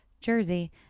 jersey